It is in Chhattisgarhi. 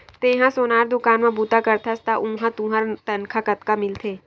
तेंहा सोनार दुकान म बूता करथस त उहां तुंहर तनखा कतका मिलथे?